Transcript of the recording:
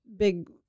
big